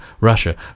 Russia